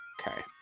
Okay